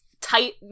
tight